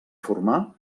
formar